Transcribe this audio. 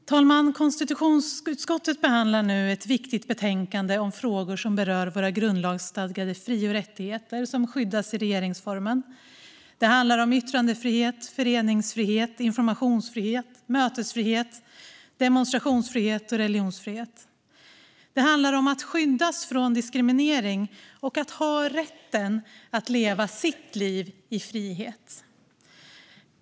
Fru talman! Konstitutionsutskottet behandlar nu ett viktigt betänkande om frågor som berör våra grundlagsstadgade fri och rättigheter som skyddas i regeringsformen. Det handlar om yttrandefrihet, föreningsfrihet, informationsfrihet, mötesfrihet, demonstrationsfrihet och religionsfrihet. Det handlar om att skyddas från diskriminering och om att ha rätten att leva sitt liv i frihet.